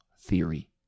theory